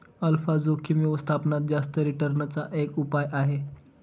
alpha जोखिम व्यवस्थापनात जास्त रिटर्न चा एक उपाय आहे